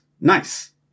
Nice